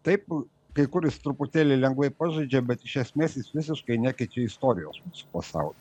taip kai kur jis truputėlį lengvai pažaidžia bet iš esmės jis visiškai nekeičia istorijos su pasauliu